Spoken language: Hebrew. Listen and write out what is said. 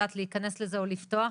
את יודעת להיכנס לזה או לפתוח,